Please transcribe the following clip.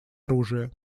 оружия